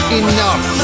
enough